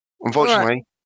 Unfortunately